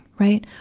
right?